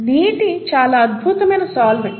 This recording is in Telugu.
నీటి చాలా అద్భుతమైన సాల్వెంట్